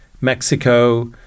Mexico